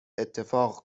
اتفاق